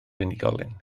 unigolyn